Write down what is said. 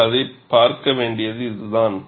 நீங்கள் அதைப் பார்க்க வேண்டியது இதுதான்